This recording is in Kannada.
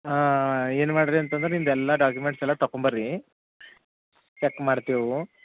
ಹಾಂ ಏನ್ ಮಾಡ್ರಿ ಅಂತಂದರೆ ನಿಮ್ಮದೆಲ್ಲ ಡಾಕ್ಯುಮೆಂಟ್ಸಲ್ಲ ತಕೊಂಬರ್ರಿ ಚೆಕ್ ಮಾಡ್ತಿವು